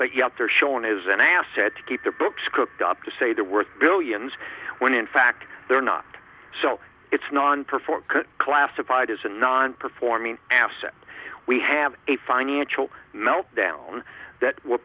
but yet they're shown is an asset to keep the books cooked up to say they're worth billions when in fact they're not so it's non performing classified as a non performing assets we have a financial meltdown that will